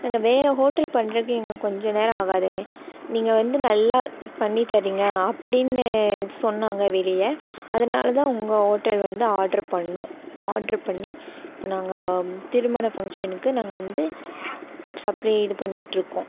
நாங்கள் வேறே ஹோட்டல் பண்றதுக்கு எங்களுக்கு கொஞ்சம் நேரம் ஆகாதுங்க நீங்கள் வந்து நல்லா பண்ணித் தரீங்க அப்படின்னு சொன்னாங்க வெளியே அதனால தான் உங்கள் ஹோட்டல் வந்து ஆர்ட்ரு பண்ணோம் ஆர்ட்ரு பண்ணி இப்போ நாங்கள் திருமண ஃபங்க்ஷனுக்கு நாங்கள் வந்து சப்ரி இது பண்ணிகிட்ருக்கோம்